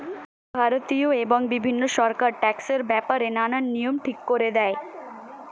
ভারতীয় এবং বিভিন্ন সরকার ট্যাক্সের ব্যাপারে নানান নিয়ম ঠিক করে দেয়